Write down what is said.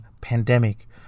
pandemic